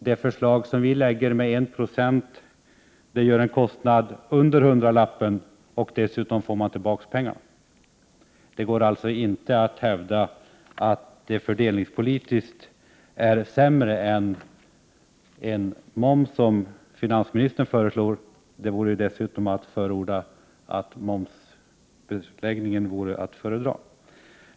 Vårt förslag om ett sparande med 1 20 av lönen ger en kostnad under hundralappen. Dessutom får man tillbaka dessa pengar. Det går alltså inte att hävda att vårt förslag fördelningspolitiskt är sämre än den momshöjning som finansministern föreslår. Detta förslag innebär dessutom att man anser att en momshöjning vore att föredra.